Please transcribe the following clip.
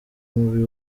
mubi